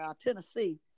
Tennessee